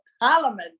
Parliament